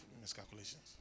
miscalculations